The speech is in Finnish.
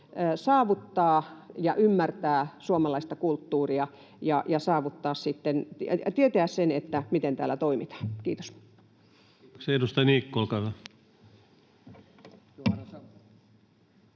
sitten ymmärtää suomalaista kulttuuria ja tietää sen, miten täällä toimitaan. — Kiitos. [Speech 181] Speaker: